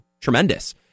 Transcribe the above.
tremendous